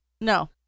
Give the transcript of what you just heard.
no